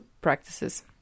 practices